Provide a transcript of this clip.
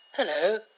Hello